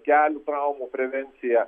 kelių traumų prevencija